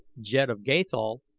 jed of gathol,